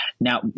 Now